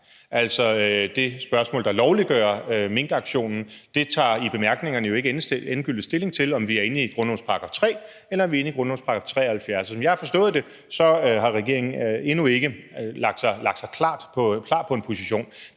angår det spørgsmål, der lovliggør minkaktionen, tages der jo i bemærkningerne ikke endegyldigt stilling til, om vi er inde i grundlovens § 3, eller om vi er inde i grundlovens § 73, og som jeg har forstået det, har regeringen endnu ikke lagt sig klar på en position.